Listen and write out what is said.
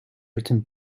written